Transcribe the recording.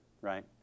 right